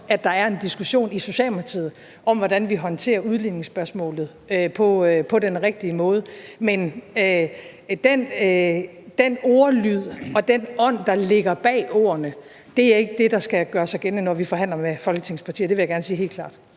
at der er en diskussion i Socialdemokratiet om, hvordan vi håndterer udligningsspørgsmålet på den rigtige måde. Men den ordlyd og den ånd, der ligger bag ordene, er ikke det, der skal gøre sig gældende, når vi forhandler med Folketingets partier; det vil jeg gerne sige helt klart.